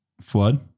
flood